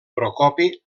procopi